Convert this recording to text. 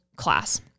class